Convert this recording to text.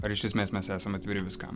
ar iš esmės mes esam atviri viskam